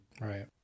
right